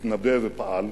התנבא ופעל,